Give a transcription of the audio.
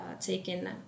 taken